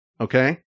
Okay